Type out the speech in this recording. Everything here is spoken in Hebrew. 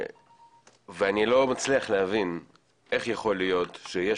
ואני לא מצליח להבין איך יכול להיות שיש